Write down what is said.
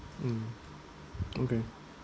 mm okay